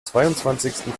zweiundzwanzigsten